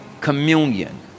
communion